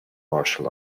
martial